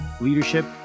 leadership